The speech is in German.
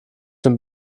dem